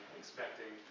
expecting